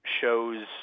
shows